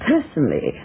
Personally